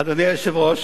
אדוני היושב-ראש,